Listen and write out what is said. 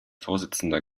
vorsitzender